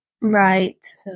right